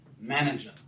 manager